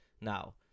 Now